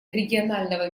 регионального